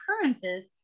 occurrences